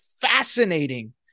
fascinating